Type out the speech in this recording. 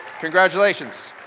congratulations